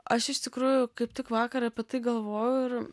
aš iš tikrųjų kaip tik vakar apie tai galvojau ir